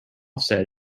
said